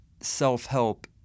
self-help